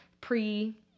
pre